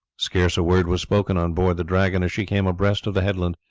scarce a word was spoken on board the dragon as she came abreast of the headland.